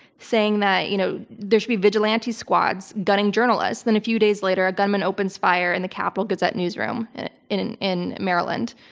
saying that you know there should be vigilante squads gutting journalists. then a few days later a gunman opens fire in the capital gazette newsroom in in maryland.